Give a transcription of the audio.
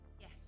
Yes